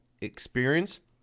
experienced